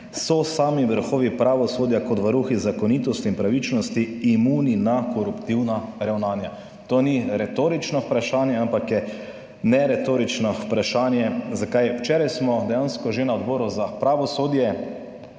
"So sami vrhovi pravosodja kot varuhi zakonitosti in pravičnosti imuni na koruptivna ravnanja?" To ni retorično vprašanje, ampak je neretorično vprašanje. Zakaj? Včeraj smo dejansko že na Odboru za pravosodje